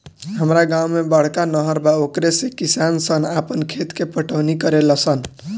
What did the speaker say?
हामरा गांव में बड़का नहर बा ओकरे से किसान सन आपन खेत के पटवनी करेले सन